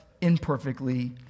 imperfectly